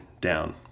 down